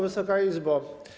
Wysoka Izbo!